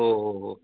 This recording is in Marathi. हो हो हो